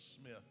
Smith